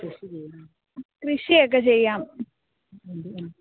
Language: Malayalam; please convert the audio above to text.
കൃഷിയൊക്കെ ചെയ്യാം